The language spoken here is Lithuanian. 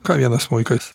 ką vienas smuikas